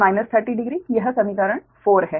तो 20V∟ 300 degree यह समीकरण 4 है